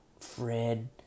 fred